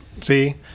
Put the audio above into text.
See